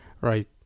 Right